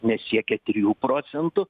nesiekia trijų procentų